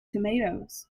tomatoes